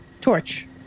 torch